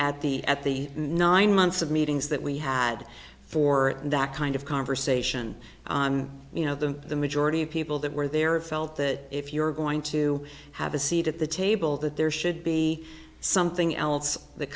at the at the nine months of meetings that we had for that kind of conversation you know the the majority of people that were there felt that if you're going to have a seat at the table that there should be something else that